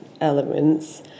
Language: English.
elements